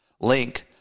link